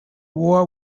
war